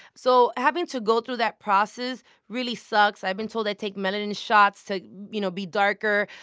so having to go through that process really sucks. i've been told i take melanin shots to, you know, be darker.